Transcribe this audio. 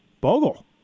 Bogle